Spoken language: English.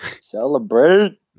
celebrate